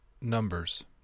Numbers